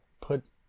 put